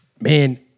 man